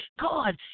God